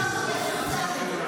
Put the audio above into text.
אולי סוף-סוף יעשו שכל.